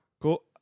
Cool